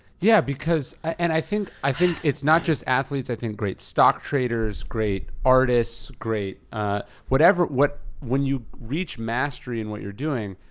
yeah, because, and i think i think it's not just athletes, i think great stock traders, great artists, great whatever, when you reach mastery in what you're doing,